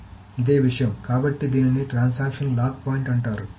కాబట్టి అదే విషయం కాబట్టి దీనిని ట్రాన్సాక్షన్ లాక్ పాయింట్ అంటారు